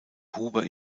huber